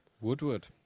Woodward